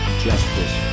Justice